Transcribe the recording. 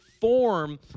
form